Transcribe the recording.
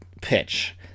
pitch